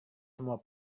semua